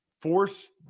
force